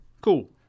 cool